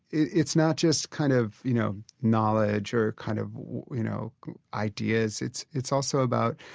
it's not just kind of, you know, knowledge or kind of you know ideas. it's it's also about